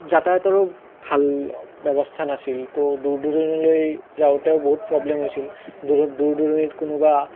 যাতায়াতৰো ভাল ব্যৱস্থা নাছিল তো দূৰ দূৰণিলৈ যাওঁতে বহুত প্ৰবলেম হৈছিল দূৰ দূৰণিত কোনোবা